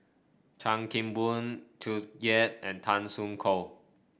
Chan Kim Boon Tsung Yeh and Tan Soo Khoon